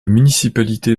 municipalité